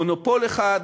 מונופול אחד,